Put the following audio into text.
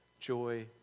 Joy